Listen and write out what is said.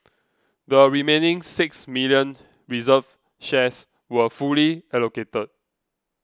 the remaining six million reserved shares were fully allocated